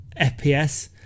FPS